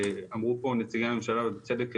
אמרו פה נציגי הממשלה ובצדק,